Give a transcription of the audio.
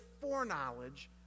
foreknowledge